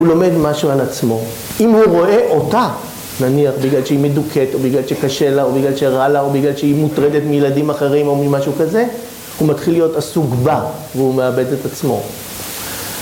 הוא לומד משהו על עצמו. אם הוא רואה אותה, נניח בגלל שהיא מדוכאת או בגלל שקשה לה או בגלל שרע לה או בגלל שהיא מוטרדת מילדים אחרים או ממשהו כזה, הוא מתחיל להיות עסוק בה והוא מאבד את עצמו.